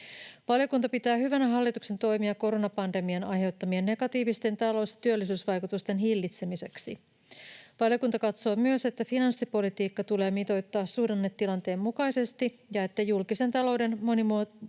Valiokunta pitää hyvänä hallituksen toimia koronapandemian aiheuttamien negatiivisten talous‑ ja työllisyysvaikutusten hillitsemiseksi. Valiokunta katsoo myös, että finanssipolitiikka tulee mitoittaa suhdannetilanteen mukaisesti ja että julkisen talouden monivuotiseen